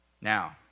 Now